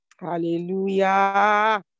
hallelujah